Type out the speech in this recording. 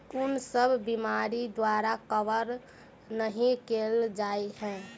कुन सब बीमारि द्वारा कवर नहि केल जाय है?